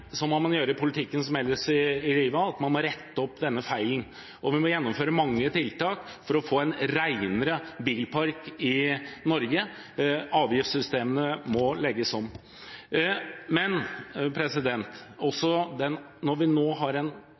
må man gjøre i politikken som ellers i livet: Man må rette opp denne feilen, og vi må gjennomføre mange tiltak for å få en renere bilpark i Norge. Blant annet må avgiftssystemene legges om. Men når vi nå har en